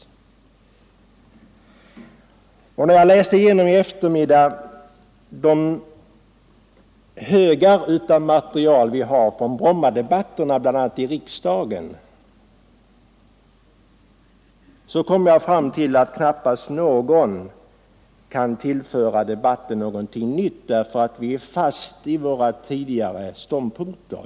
När jag i eftermiddags läste igenom de högar av material som finns från Brommadebatterna, bl.a. i riksdagen, kom jag fram till att knappast någon kan tillföra debatten någonting nytt — därför att vi är fast i våra Nr 128 tidigare ståndpunkter.